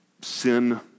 sin